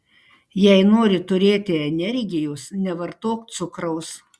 jei nori turėti energijos nevartok cukraus